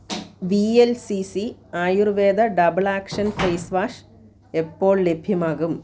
V L C C Ayurveda double action face wash എപ്പോൾ ലഭ്യമാകും